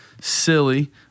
silly